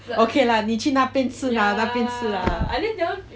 okay lah 你去那边吃 lah